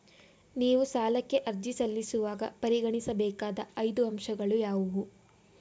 ನೀವು ಸಾಲಕ್ಕೆ ಅರ್ಜಿ ಸಲ್ಲಿಸುವಾಗ ಪರಿಗಣಿಸಬೇಕಾದ ಐದು ಅಂಶಗಳು ಯಾವುವು?